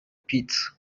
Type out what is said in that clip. pit